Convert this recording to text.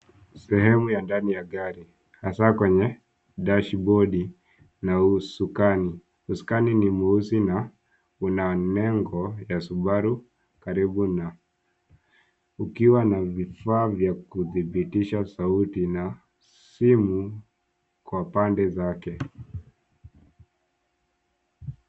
Sehemu ya ndani ya gari, hasa kwenye dashibodi na usukani. Usukani ni mweusi na una nengo ya subaru karibu nayo, ukiwa na vifaa vya kudhibitisha sauti na simu kwa pande zake.